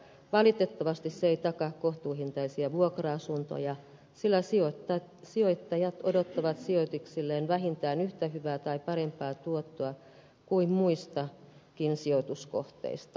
valitettavasti se ei takaa kohtuuhintaisia vuokra asuntoja sillä sijoittajat odottavat sijoituksilleen vähintään yhtä hyvää tai parempaa tuottoa kuin muistakin sijoituskohteista